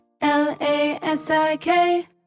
L-A-S-I-K